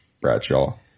Bradshaw